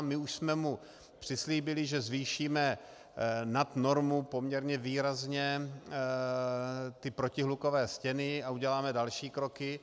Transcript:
My už jsme mu přislíbili, že zvýšíme nad normu poměrně výrazně protihlukové stěny a uděláme další kroky.